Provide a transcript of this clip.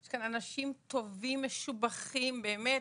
יש כאן אנשים טובים, משובחים, באמת.